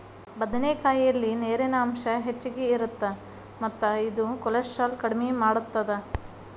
ಬದನೆಕಾಯಲ್ಲಿ ನೇರಿನ ಅಂಶ ಹೆಚ್ಚಗಿ ಇರುತ್ತ ಮತ್ತ ಇದು ಕೋಲೆಸ್ಟ್ರಾಲ್ ಕಡಿಮಿ ಮಾಡತ್ತದ